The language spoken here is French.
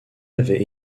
avait